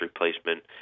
replacement